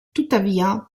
tuttavia